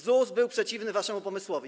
ZUS był przeciwny waszemu pomysłowi.